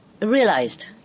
realized